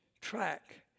track